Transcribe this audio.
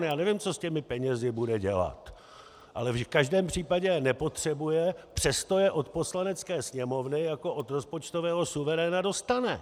Já nevím, co s těmi penězi bude dělat, ale v každém případě je nepotřebuje, přesto je od Poslanecké sněmovny jako od rozpočtového suveréna dostane.